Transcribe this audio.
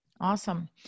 Awesome